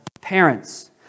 parents